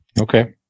Okay